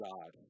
God